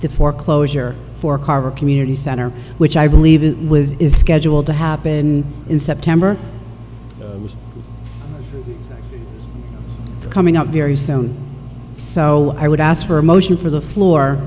o foreclosure for carver community center which i believe it was is scheduled to happen in september it's coming up very soon so i would ask for a motion for the floor